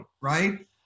right